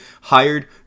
hired